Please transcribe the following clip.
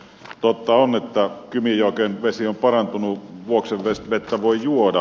totta on että kymijoen vesi on parantunut vuoksen vettä voi juoda